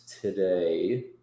today